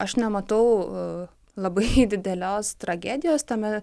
aš nematau labai didelės tragedijos tame